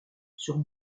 sur